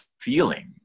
feeling